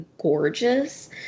gorgeous